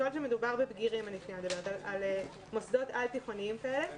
מכיוון שמדובר בבגירים, במוסדות על-תיכוניים, יש